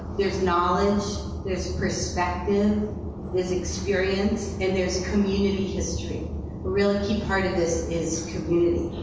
there's knowledge. there's perspective. there's experience, and there's community history. a really key part of this is community,